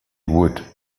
would